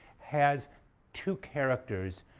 has two characters